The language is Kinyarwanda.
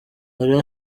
hari